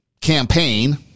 campaign